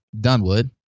Dunwood